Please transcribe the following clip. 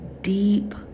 deep